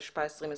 התשפ"א-2020.